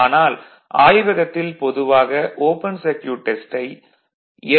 ஆனால் ஆய்வகத்தில் பொதுவாக ஓபன் சர்க்யூட் டெஸ்டை எல்